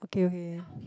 okay okay